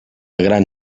gran